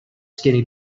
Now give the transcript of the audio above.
skinny